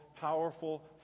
powerful